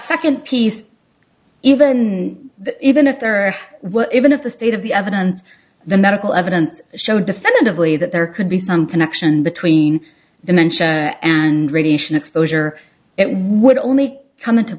second piece even even if there are what even if the state of the evidence the medical evidence showed definitively that there could be some connection between dimension and radiation exposure it would only come into